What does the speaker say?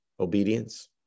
obedience